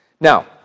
Now